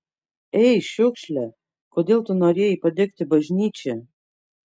ei šiukšle kodėl tu norėjai padegti bažnyčią